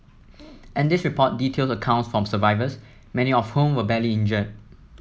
and this report details accounts from survivors many of whom were badly injured